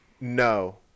no